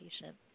patient